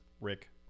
Rick